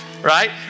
Right